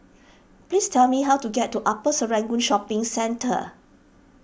please tell me how to get to Upper Serangoon Shopping Centre